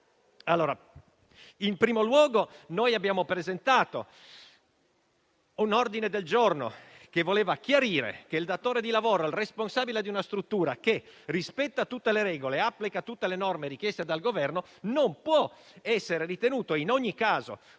In primo luogo abbiamo presentato un ordine del giorno che voleva chiarire che il datore di lavoro e il responsabile di una struttura che rispetta tutte le regole e applica tutte le norme richieste dal Governo non può essere ritenuto in ogni caso